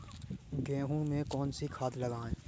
गेहूँ में कौनसी खाद लगाएँ?